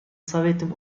советом